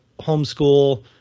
homeschool